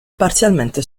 parzialmente